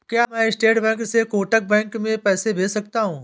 क्या मैं State Bank से कोटक बैंक में पैसे भेज सकता हूँ?